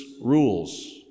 rules